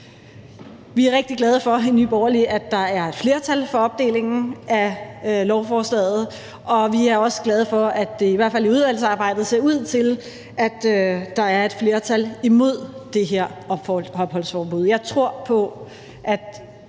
rigtig glade for, at der er flertal for opdelingen af lovforslaget, og vi er også glade for, at det i hvert fald i forbindelse med udvalgsarbejdet ser ud til, at der er et flertal imod det her opholdsforbud. Jeg tror på, at